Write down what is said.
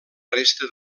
resta